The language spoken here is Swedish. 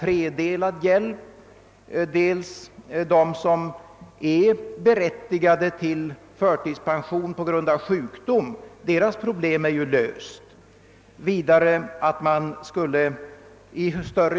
Förtidspension utgår ju till dem som är berättigade därtill på grund av sjukdom — deras problem är alltså löst.